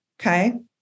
Okay